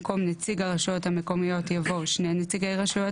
במקום "נציג הרשויות המקומיות" יבוא "שני נציגי רשויות